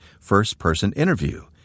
firstpersoninterview